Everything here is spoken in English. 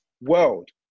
world